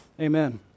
Amen